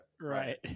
Right